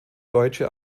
deutsche